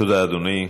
תודה, אדוני.